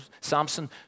Samson